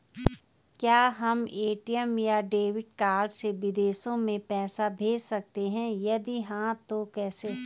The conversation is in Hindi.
क्या हम ए.टी.एम या डेबिट कार्ड से विदेशों में पैसे भेज सकते हैं यदि हाँ तो कैसे?